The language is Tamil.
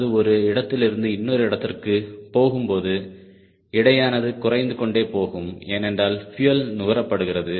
அது ஒரு இடத்திலிருந்து இன்னொரு இடத்திற்கு போகும்போது எடையானது குறைந்து கொண்டே போகும் ஏனென்றால் பியூயல் நுகரப்படுகிறது